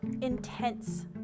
intense